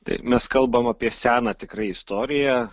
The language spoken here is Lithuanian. taip mes kalbam apie seną tikrai istoriją